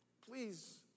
Please